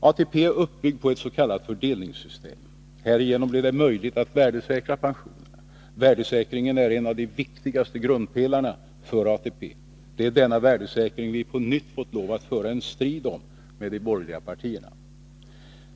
ATP är uppbyggd på ett s.k. fördelningssystem. Härigenom blev det möjligt att värdesäkra pensionerna. Värdesäkringen är en av de viktigaste grundpelarna för ATP. Det är denna värdesäkring som vi på nytt har fått lov att föra en strid om med de borgerliga partierna.